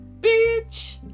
bitch